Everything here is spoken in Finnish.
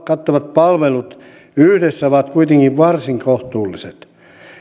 kattavat palvelut yhdessä ovat kuitenkin varsin kohtuulliset